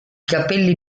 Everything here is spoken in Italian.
capelli